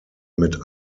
mit